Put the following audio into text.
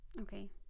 Okay